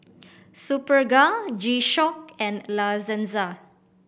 Superga G Shock and La Senza